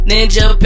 Ninja